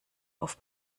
auf